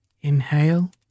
Inhale